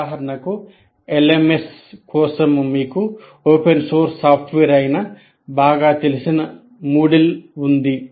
ఉదాహరణకు LMS కోసం మీకు ఓపెన్ సోర్స్ సాఫ్ట్వేర్ అయిన బాగా తెలిసిన MOODLE ఉంది